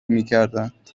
میکردند